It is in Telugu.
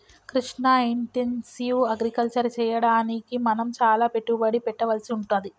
కృష్ణ ఇంటెన్సివ్ అగ్రికల్చర్ చెయ్యడానికి మనం చాల పెట్టుబడి పెట్టవలసి వుంటది